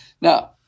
Now